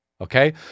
Okay